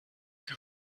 que